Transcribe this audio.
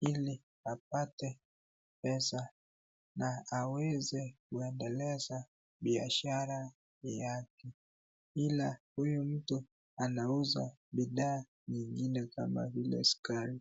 ili apate pesa na aweze kuendeleza biashara yake. Ila huyu mtu anauza bidhaa zingine kama vile sukari.